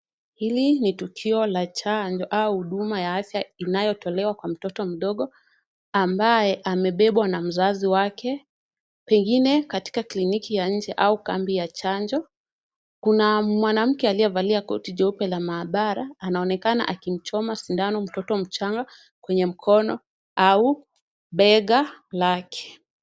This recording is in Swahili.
Hili ni tukio la chanjo au huduma ya afya inayotolewa kwa mtoto mdogo ambaye amebebwa na mzazi wake pengine katika kliniki ya nje au kambi ya chanjo. Kuna mwanamke aliyevalia koti jeupe la mahabara anaonekana akimchoma sindano mtoto mchanga kwenye mkono au bega lake.